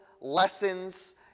lessons